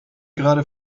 gerade